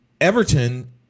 Everton